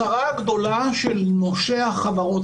הצרה הגדולה של נושי החברות,